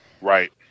Right